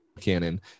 Canon